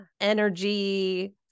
energy